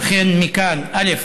לכן, מכאן, א.